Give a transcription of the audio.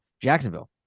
Jacksonville